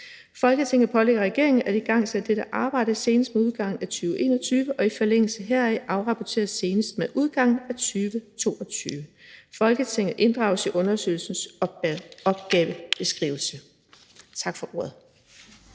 Folketinget pålægger regeringen at igangsætte dette arbejde senest med udgangen af 2021 og i forlængelse heraf afrapportere senest med udgangen af 2022. Folketinget inddrages i undersøgelsens opgavebeskrivelse.« (Forslag